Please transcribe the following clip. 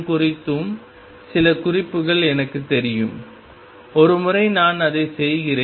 குறித்தும் சில குறிப்புகள் எனக்குத் தெரியும் ஒருமுறை நான் அதை செய்கிறேன்